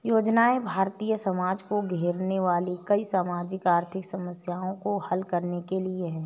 योजनाएं भारतीय समाज को घेरने वाली कई सामाजिक आर्थिक समस्याओं को हल करने के लिए है